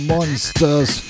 Monsters